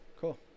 Cool